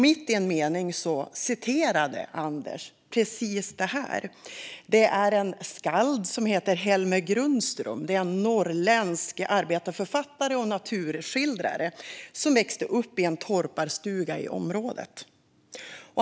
Mitt i en mening citerade Anders precis detta. Det är en dikt av en skald som heter Helmer Grundström, en norrländsk arbetarförfattare och naturskildrare som växte upp i en torparstuga i området.